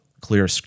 clear